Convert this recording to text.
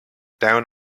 down